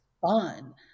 fun